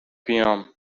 بیام